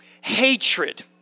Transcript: hatred